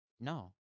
no